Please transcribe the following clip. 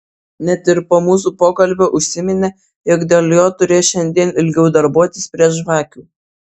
net ir po mūsų pokalbio užsiminė jog dėl jo turės šiandien ilgiau darbuotis prie žvakių